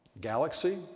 galaxy